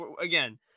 again